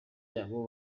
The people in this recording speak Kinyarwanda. zabo